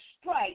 strike